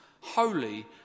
holy